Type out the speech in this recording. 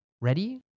Ready